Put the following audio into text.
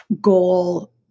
goal